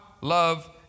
love